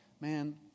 man